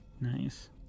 Nice